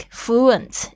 fluent